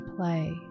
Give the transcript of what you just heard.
play